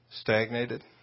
stagnated